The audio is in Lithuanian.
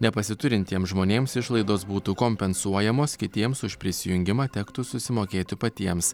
nepasiturintiems žmonėms išlaidos būtų kompensuojamos kitiems už prisijungimą tektų susimokėti patiems